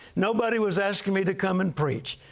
nobody was asking me to come and preach,